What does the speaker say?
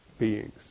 beings